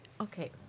Okay